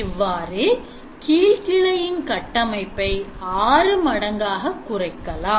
இவ்வாறு கீழ் கிளையின் கட்டமைப்பை ஆறு மடங்காக குறைக்கலாம்